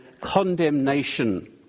condemnation